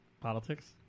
politics